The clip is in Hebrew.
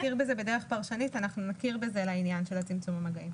נכיר בזה בדרך פרשנית לעניין של צמצום המגעים.